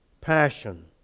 passion